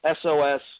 SOS